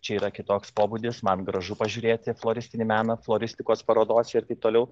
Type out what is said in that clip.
čia yra kitoks pobūdis man gražu pažiūrėti floristinį meną floristikos parodose ir taip toliau